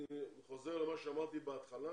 אני חוזר על מה שאמרתי בהתחלה,